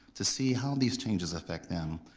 to see how these changes affect them?